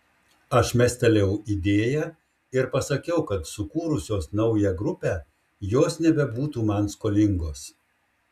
aš mestelėjau idėją ir pasakiau kad sukūrusios naują grupę jos nebebūtų man skolingos